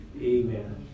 Amen